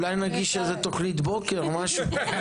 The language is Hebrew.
אולי נגיש איזו תוכנית בוקר או משהו.